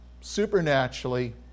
Supernaturally